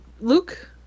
Luke